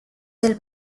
del